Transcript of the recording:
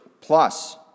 plus